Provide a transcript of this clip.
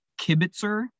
kibitzer